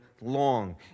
long